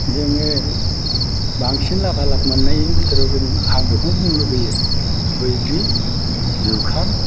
जोङो बांसिन लाभालाब मोननायनि बिथोराव जों आं बेखौनो बुंनो लुबैयो बैग्रि जुखाम